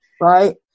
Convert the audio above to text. Right